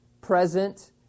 present